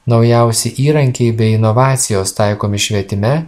naujausi įrankiai bei inovacijos taikomi švietime